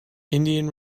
indian